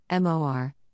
MOR